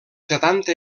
setanta